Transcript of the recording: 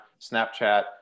Snapchat